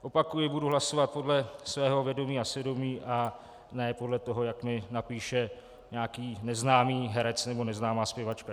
Opakuji, že budu hlasovat podle svého vědomí a svědomí a ne podle toho, jak mi napíše nějaký neznámý herec nebo neznámá zpěvačka.